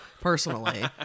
personally